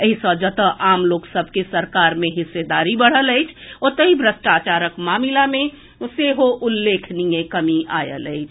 एहि सँ जतए आम लोक सभ के सरकार मे हिस्सेदारी बढ़ल अछि ओतहि भ्रष्टाचारक मामिला मे सेहो उल्लेखनीय कमी आएल अछि